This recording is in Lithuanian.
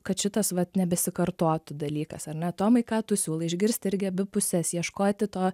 kad šitas vat nebesikartotų dalykas ar ne tomai ką tu siūlai išgirsti irgi abi puses ieškoti to